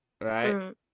Right